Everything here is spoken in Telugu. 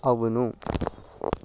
అవును